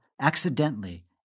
accidentally